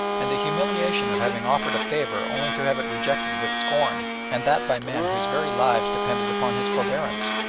and the humiliation of having offered a favour only to have it rejected with scorn, and that by men whose very lives depended upon his forbearance!